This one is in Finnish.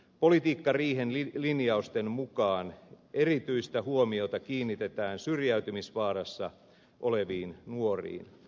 politiikkariihen linjausten mukaan erityistä huomiota kiinnitetään syrjäytymisvaarassa oleviin nuoriin